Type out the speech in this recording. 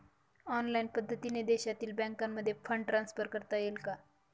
Online पद्धतीने देशातील बँकांमध्ये फंड ट्रान्सफर करता येईल का?